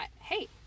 hey